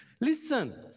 Listen